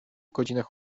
godzinach